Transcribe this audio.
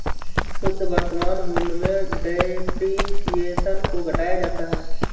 शुद्ध वर्तमान मूल्य में डेप्रिसिएशन को घटाया जाता है